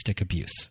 abuse